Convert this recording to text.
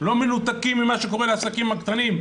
לא מנותקים ממה שקורה לעסקים הקטנים,